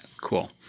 Cool